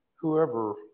Whoever